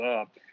up